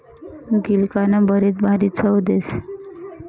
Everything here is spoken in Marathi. गिलकानं भरीत भारी चव देस